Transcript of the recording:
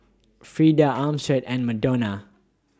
Freeda Armstead and Madonna